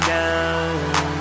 down